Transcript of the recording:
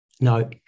Now